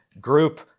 group